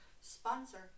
sponsor